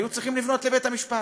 היו צריכים לפנות לבית-המשפט.